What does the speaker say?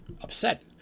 Upset